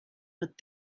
but